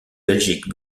belgique